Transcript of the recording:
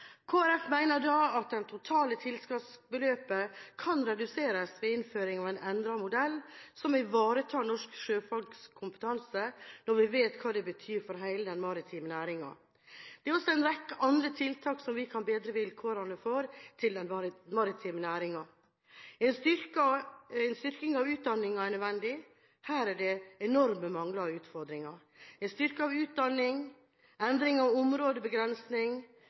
at det totale tilskuddsbeløpet kan reduseres ved innføring av en endret modell som ivaretar norske sjøfolks kompetanse, når vi vet hva det betyr for hele den maritime næringen. Det er også en rekke andre tiltak vi kan bedre vilkårene for til den maritime næringen. En styrking av utdanningen er nødvendig. Her er det enorme mangler og utfordringer. Styrking av utdanning, endring av